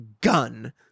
gun